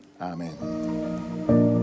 Amen